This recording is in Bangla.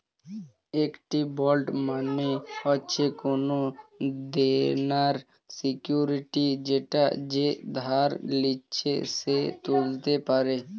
একটি বন্ড মানে হচ্ছে কোনো দেনার সিকিউরিটি যেটা যে ধার নিচ্ছে সে তুলতে পারে